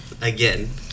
again